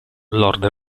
lord